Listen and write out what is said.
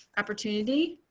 opportunity?